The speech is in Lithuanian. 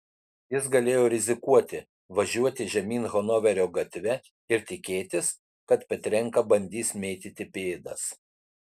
jis galėjo rizikuoti važiuoti žemyn hanoverio gatve ir tikėtis kad petrenka bandys mėtyti pėdas